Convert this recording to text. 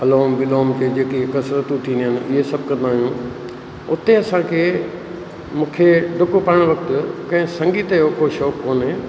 अनुलोम विलोम के जेके कसरतूं थींदियूं आहिनि उहे सभु कंदा आहियूं उते असांखे मूंखे डुकु पाइणु वक़्ति कंहिं संगीत जो शौक़ु कोन्हे